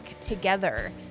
together